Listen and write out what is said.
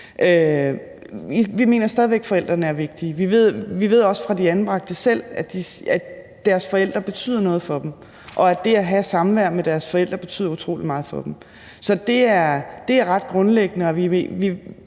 Vi mener stadig væk, at forældrene er vigtige. Vi ved også fra de anbragte selv, at deres forældre betyder noget for dem, og at det at have samvær med deres forældre betyder utrolig meget for dem. Så det er ret grundlæggende, og vi